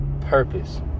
purpose